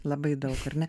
labai daug ar ne